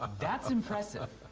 ah that's impressive.